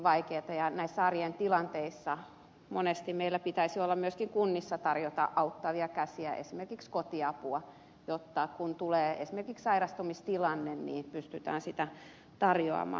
näissä arjen tilanteissa monesti meillä pitäisi olla myöskin kunnissa tarjota auttavia käsiä esimerkiksi kotiapua jotta kun tulee esimerkiksi sairastumistilanne niin pystytään sitä tarjoamaan